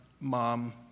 mom